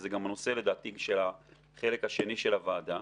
וזה גם הנושא לדעתי של החלק השני של הוועדה,